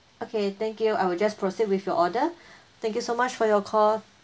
okay thank you I will just proceed with your order thank you so much for your call